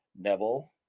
Neville